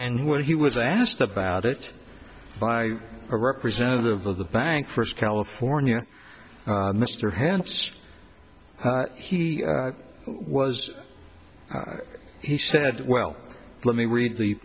and when he was asked about it by a representative of the bank first california mr hands he was he said well let me read the